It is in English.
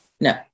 No